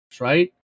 right